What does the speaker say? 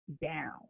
down